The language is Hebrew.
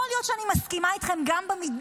יכול להיות שאני מסכימה איתכם במידה